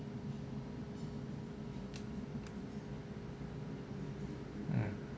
mm